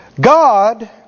God